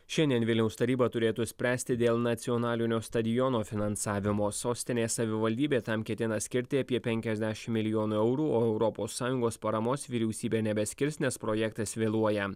šiandien vilniaus taryba turėtų spręsti dėl nacionalinio stadiono finansavimo sostinės savivaldybė tam ketina skirti apie penkiasdešim milijonų eurų o europos sąjungos paramos vyriausybė nebeskirs nes projektas vėluoja